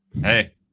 Hey